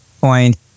point